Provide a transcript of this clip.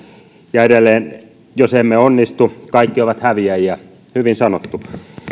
ja edelleen että jos emme onnistu kaikki ovat häviäjiä hyvin sanottu